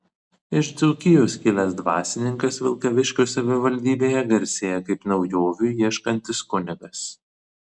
iš dzūkijos kilęs dvasininkas vilkaviškio savivaldybėje garsėja kaip naujovių ieškantis kunigas